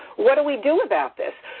what do we do about this?